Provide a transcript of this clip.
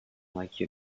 like